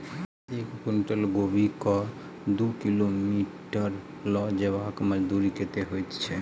एक कुनटल कोबी केँ दु किलोमीटर लऽ जेबाक मजदूरी कत्ते होइ छै?